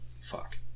Fuck